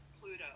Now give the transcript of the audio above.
Pluto